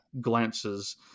glances